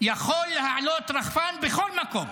יכול להעלות רחפן בכל מקום,